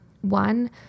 one